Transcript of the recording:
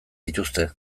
dituzte